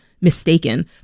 mistaken